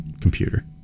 computer